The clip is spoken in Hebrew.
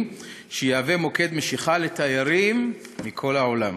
שיהווה מוקד משיכה לתיירים מכל העולם.